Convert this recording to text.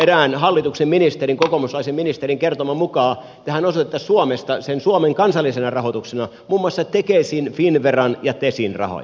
erään hallituksen ministerin kokoomuslaisen ministerin kertoman mukaan tähän osoitettaisiin suomesta suomen kansallisena rahoituksena muun muassa tekesin finnveran ja tesin rahoja